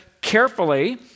carefully